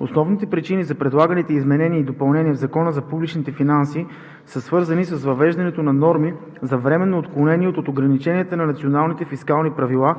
Основните причини за предлаганите изменения и допълнения в Закона за публичните финанси са свързани с въвеждането на норми за временно отклонение от ограниченията на националните фискални правила